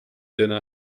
dinner